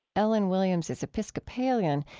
ellen williams is episcopalian,